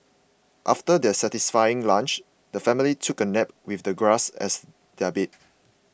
after their satisfying lunch the family took a nap with the grass as their bed